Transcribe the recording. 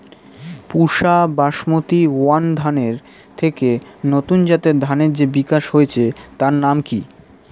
পুসা Basmati one ধানের থেকে নতুন জাতের ধানের যে বিকাশ হয়েছে তার নাম কি?